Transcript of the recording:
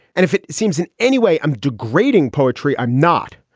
and if it seems in any way i'm degrading poetry, i'm not.